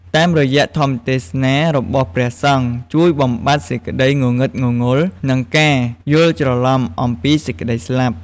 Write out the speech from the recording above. តាមរយៈធម្មទេសនារបស់ព្រះសង្ឃជួយបំបាត់សេចក្តីងងឹតងងល់ និងការយល់ច្រឡំអំពីសេចក្តីស្លាប់។